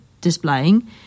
displaying